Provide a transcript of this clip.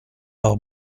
par